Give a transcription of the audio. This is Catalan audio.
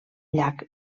llac